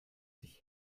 sich